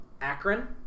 Akron